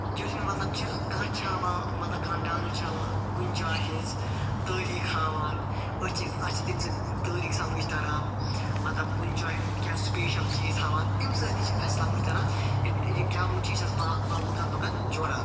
جڑنُک مطلب چھُ کانٛہہ چھُ ہاوان مطلب کانٛہہ ڈانَس چھُ ہاوان کُنہِ جایہِ ہنٛز تٲریخ ہاوان أسۍ چھِ اسہِ چھُ تَمہِ سۭتۍ تٲریخ سمٕجھ تران مطلب کُنہِ جایہِ ہنٛد کیٚنٛہہ سپیشل چیٖز ہاوان اَمہِ سۭتۍ تہِ چھُ اسہِ سمٕجھ تران یہِ یہِ گیٚوُن چھُ یہ چھُ اسہِ پتہٕ لوٗکن لوٗکن جۄڈان